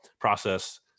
process